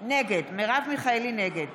מיכאלי, נגד